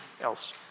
else